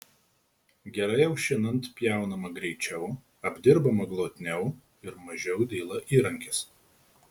gerai aušinant pjaunama greičiau apdirbama glotniau ir mažiau dyla įrankis